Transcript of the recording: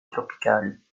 tropicali